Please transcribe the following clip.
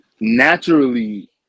naturally